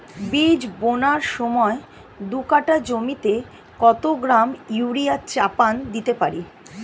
বীজ বোনার সময় দু কাঠা জমিতে কত গ্রাম ইউরিয়া চাপান দিতে পারি?